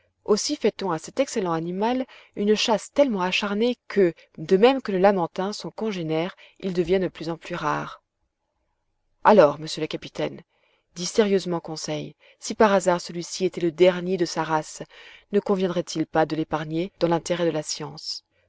aussi fait-on à cet excellent animal une chasse tellement acharnée que de même que le lamantin son congénère il devient de plus en plus rare alors monsieur le capitaine dit sérieusement conseil si par hasard celui-ci était le dernier de sa race ne conviendrait-il pas de l'épargner dans l'intérêt de la science